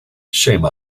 shame